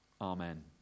Amen